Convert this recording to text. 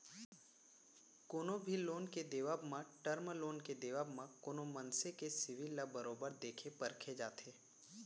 कोनो भी लोन के देवब म, टर्म लोन के देवब म कोनो मनसे के सिविल ल बरोबर देखे परखे जाथे